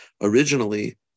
originally